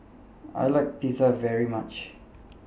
I like Pizza very much